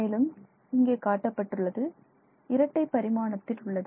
மேலும் இங்கே காட்டப்பட்டுள்ளது இரட்டை பரிமாணத்தில் உள்ளது